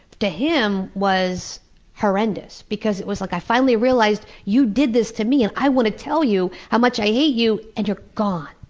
to him, was horrendous. because it was like, i finally realized, you did this to me and i want to tell you how much i hate you, and you're gone,